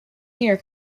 muir